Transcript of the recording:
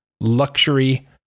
luxury